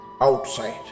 outside